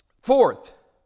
Fourth